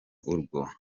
urwa